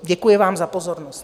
Děkuji vám za pozornost.